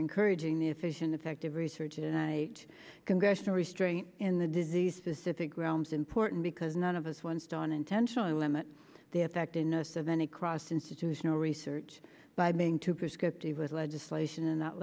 encouraging the efficient effective research and i congressional restraint in the disease specific realms important because none of us ones don't intentionally limit the effectiveness of any cross institution or research by being too prescriptive with legislation and not